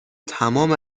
تمام